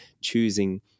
choosing